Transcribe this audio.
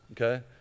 okay